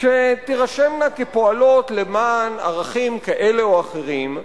שתירשמנה כפועלות למען אחרים כאלה או אחרים,